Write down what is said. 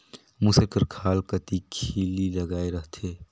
मूसर कर खाल कती खीली लगाए रहथे